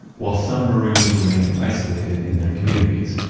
while some maroons remained isolated in their communities,